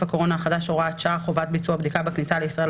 הקורונה החדש (הוראת שעה) (חובת ביצוע בדיקה בכניסה לישראל),